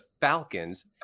Falcons